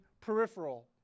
peripheral